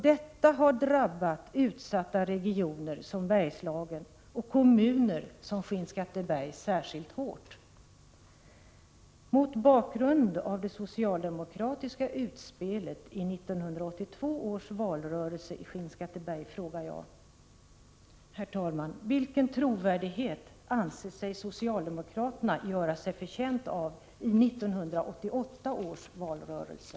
Detta har drabbat utsatta regioner som Bergslagen och kommuner som Skinnskatteberg särskilt hårt. Mot bakgrund av det socialdemokratiska utspelet i 1982 års valrörelse i Skinnskatteberg frågar jag: Vilken trovärdighet anser sig socialdemokraterna vara förtjänta av i 1988 års valrörelse?